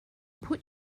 put